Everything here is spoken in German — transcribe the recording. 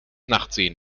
nachtsehen